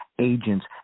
agents